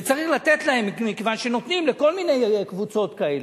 וצריך לתת להם מכיוון שנותנים לכל מיני קבוצות כאלה,